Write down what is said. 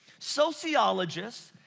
sociologists,